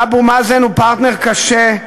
ואבו מאזן הוא פרטנר קשה,